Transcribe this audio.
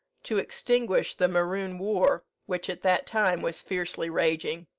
to extinguish the maroon war, which at that time was fiercely raging.